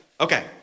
Okay